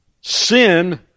sin